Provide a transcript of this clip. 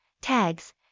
Tags